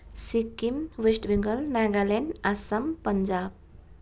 Sikkim west Bengal Nagaland Assam Punjab